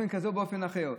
שם באופן כזה או באופן אחר?